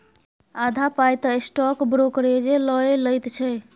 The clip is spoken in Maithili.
आधा पाय तँ स्टॉक ब्रोकरेजे लए लैत छै